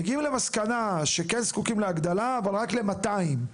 מגיעים למסקנה שכן זקוקים להגדלה אבל רק ל-200.